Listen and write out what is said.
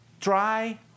try